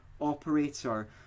operator